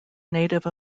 native